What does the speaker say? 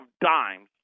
dimes